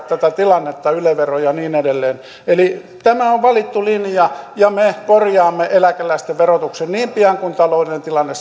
tätä tilannetta yle vero ja niin edelleen eli tämä on valittu linja ja me korjaamme eläkeläisten verotuksen niin pian kuin taloudellinen tilanne